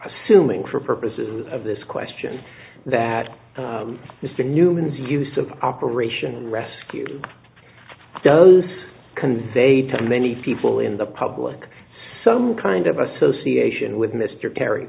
assuming for purposes of this question that mr newman's use of operation rescue does convey to many people in the public some kind of association with mr kerr